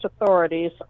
authorities